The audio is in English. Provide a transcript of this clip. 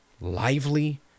lively